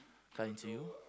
kind to you